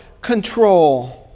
control